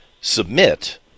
submit